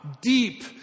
deep